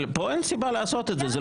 אבל כאן אין סיבה לעשות את זה.